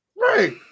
Right